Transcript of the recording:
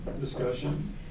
discussion